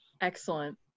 Excellent